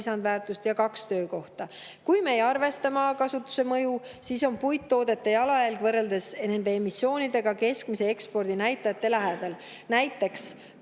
lisandväärtust ja 2 töökohta. Kui me ei arvesta maakasutuse mõju, siis on puittoodete puhul jalajälg võrreldes nende emissiooniga keskmiste ekspordinäitajate lähedal. Näiteks